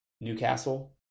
Newcastle